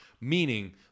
Meaning